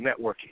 networking